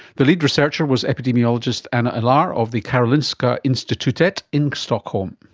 the lead researcher was epidemiologist anna ilar of the karolinska institutet in stockholm.